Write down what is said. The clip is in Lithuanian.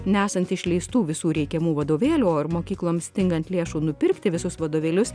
nesant išleistų visų reikiamų vadovėlių ar mokykloms stingant lėšų nupirkti visus vadovėlius